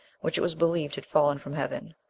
which it was believed had fallen from heaven.